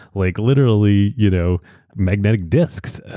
like literally you know magnetic disks.